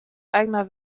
eigener